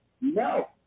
no